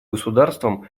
государством